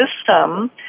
system